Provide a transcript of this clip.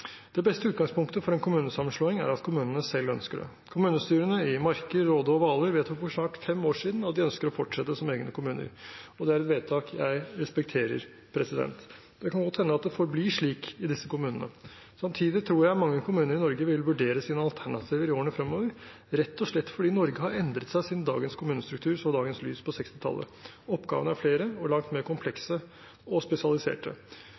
Det beste utgangspunktet for en kommunesammenslåing er at kommunene selv ønsker det. Kommunestyrene i Marker, Råde og Hvaler vedtok for snart fem år siden at de ønsker å fortsette som egne kommuner. Det er et vedtak jeg respekterer. Det kan godt hende at det forblir slik i disse kommunene. Samtidig tror jeg mange kommuner i Norge vil vurdere sine alternativer i årene fremover, rett og slett fordi Norge har endret seg siden dagens kommunestruktur så dagens lys på 1960-tallet. Oppgavene er flere og langt mer komplekse og spesialiserte.